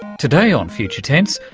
today on future tense,